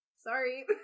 Sorry